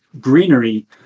greenery